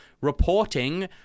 reporting